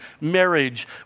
marriage